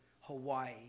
Hawaii